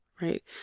right